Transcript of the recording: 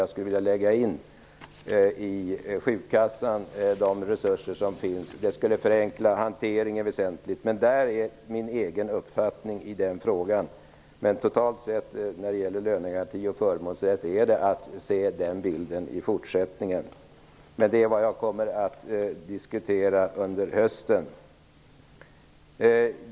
Jag vill lägga de resurser som finns på sjukkassan. Det skulle förenkla hanteringen väsentligt. Detta är min egen uppfattning i frågan. Men när det gäller lönegarantin och förmånsrätt totalt sett är det den bilden man kan se i fortsättningen. Det är vad jag kommer att diskutera under hösten.